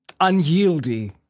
Unyieldy